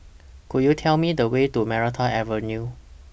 Could YOU Tell Me The Way to Maranta Avenue